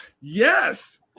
Yes